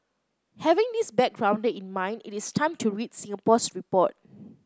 having this backgrounder in mind it is time to read Singapore's report